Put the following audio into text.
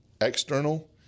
external